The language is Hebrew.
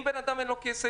אם בן אדם אין לו כסף,